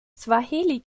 swahili